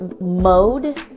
mode